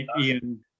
Ian